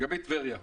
לגבי טבריה למשל.